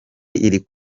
iri